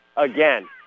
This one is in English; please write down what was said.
Again